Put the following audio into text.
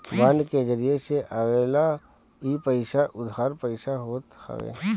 bond के जरिया से आवेवाला इ पईसा उधार पईसा होत हवे